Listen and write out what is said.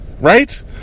Right